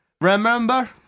Remember